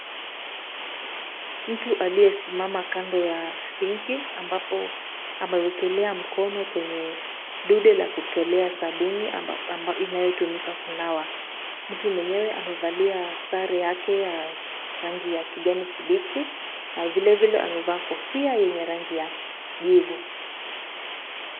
Mtu aliyesimama kando ya sinki ambapo amewekelea mkono kwenye dude la kutolea sabuni inayotumika kunawa. Mtu mwenyewe amevalia sare yake ya rangi ya kijani kibichi na vilevile amevaa kofia yenye rangi ya jivu.